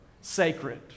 sacred